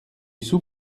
sous